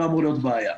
לא אמורה להיות בעיה,